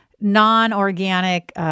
non-organic